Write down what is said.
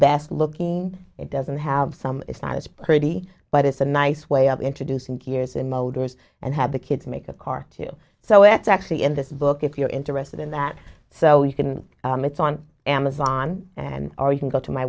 best looking it doesn't have some it's not as pretty but it's a nice way of introducing gears and motors and have the kids make a car too so it's actually in this book if you're interested in that so you can it's on amazon and or you can go to my